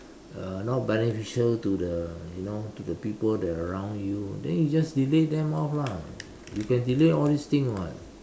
uh not beneficial to the you know to the people that around you then you just delete them off lah you can delete all these things [what]